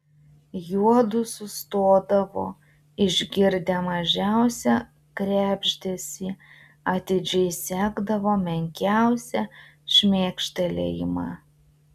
juodu sustodavo išgirdę mažiausią krebždesį atidžiai sekdavo menkiausią šmėkštelėjimą